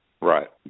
Right